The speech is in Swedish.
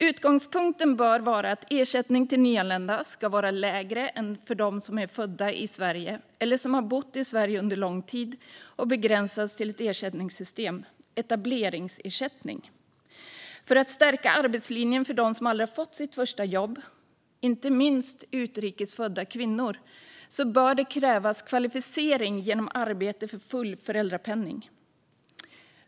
Utgångspunkten bör vara att ersättningen till nyanlända ska vara lägre än för dem som är födda i Sverige eller har bott i Sverige under lång tid och att den ska begränsas till ett ersättningssystem: etableringsersättning. För att stärka arbetslinjen för dem som aldrig har fått sitt första jobb, inte minst utrikes födda kvinnor, bör det krävas kvalificering genom arbete för full föräldrapenning.